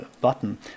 button